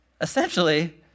essentially